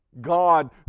God